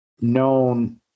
known